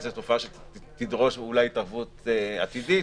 זאת תופעה שתדרוש אולי התערבות עתידית,